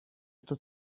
эту